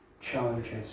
challenges